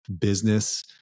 business